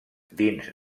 dins